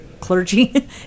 clergy